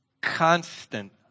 constant